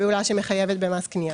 כפעולה שמחייבת במס קנייה.